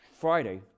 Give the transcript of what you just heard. Friday